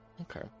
okay